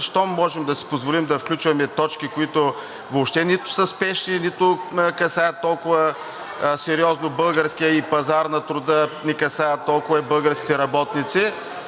– щом можем да си позволим да включваме точки, които въобще нито са спешни, нито касаят толкова сериозно българския пазар на труда, не касаят толкова и българските работници,